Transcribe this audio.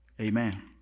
Amen